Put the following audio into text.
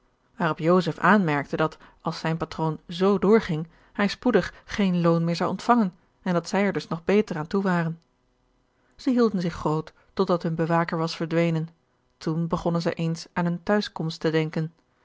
waarop joseph aanmerkte dat als zijn patroon z doorging hij spoedig geen loon meer zou ontvangen en dat zij er dus nog beter aan toe waren zij hielden zich groot tot dat hun bewaker was verdwenen toen begonnen zij eens aan hunne tehuiskomst te denken